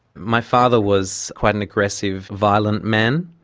my father was quite an aggressive, violent man.